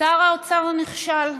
שר האוצר נכשל,